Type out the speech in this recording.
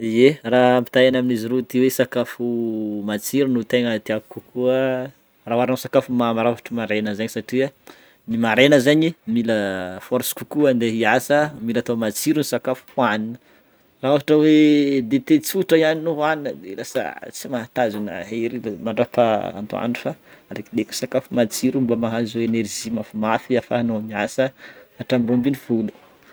Ye raha ampitahaigna amin'izy roa ty hoe sakafo matsiro no tegna tiako kokoa raha oharina amin'ny sakafo mamy raha ohatra maraina zegny satria ny maraina zegny mila force kokoa andeha hiasa, mila atao matsiro ny sakafo hoanigna. Raha ohatra hoe dite tsotra ihany no hoanigna de lasa tsy mahatazona hery mandrapaha atoandro fa aleokoleko sakafo matsiro mba mahazo enerzia mafimafy afahanao miasa hatramin'ny roa ambinifolo.